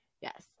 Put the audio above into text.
Yes